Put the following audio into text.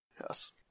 Yes